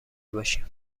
باشیم